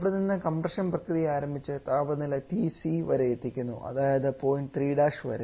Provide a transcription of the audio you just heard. അവിടെ നിന്ന് കംപ്രഷൻ പ്രക്രിയ ആരംഭിച്ച് താപനില TC വരെ എത്തുന്നു അതായത് പോയിൻറ് 3' വരെ